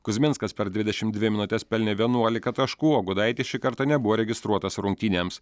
kuzminskas per dvidešimt dvi minutes pelnė vienuolika taškų o gudaitis šį kartą nebuvo registruotas rungtynėms